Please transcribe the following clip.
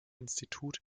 institut